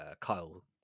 Kyle